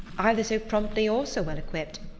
either so promptly or so well equipped,